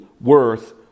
worth